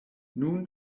nun